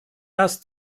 raz